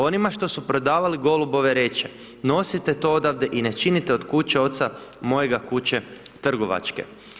Onima što su prodavali golubove reče, nosite to odavde i ne činite od kuće oca mojega kuće trgovačke.